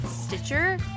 Stitcher